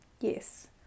yes